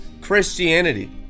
Christianity